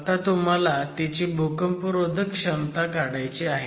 आता तुम्हाला तिची भूकंपरोधक क्षमता काढायची आहे